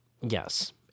Yes